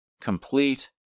complete